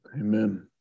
Amen